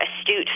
astute